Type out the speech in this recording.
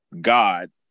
God